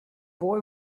boy